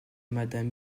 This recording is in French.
madame